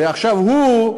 ועכשיו הוא,